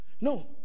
no